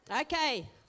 Okay